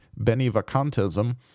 benivacantism